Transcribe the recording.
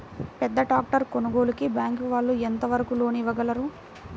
పెద్ద ట్రాక్టర్ కొనుగోలుకి బ్యాంకు వాళ్ళు ఎంత వరకు లోన్ ఇవ్వగలరు?